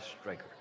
striker